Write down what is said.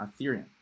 Ethereum